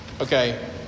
Okay